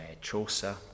Chaucer